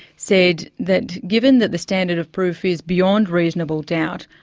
said that given that the standard of proof is beyond reasonable doubt,